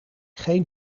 geen